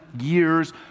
years